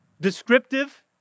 descriptive